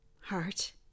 Heart